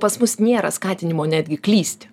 pas mus nėra skatinimo netgi klysti